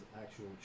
actual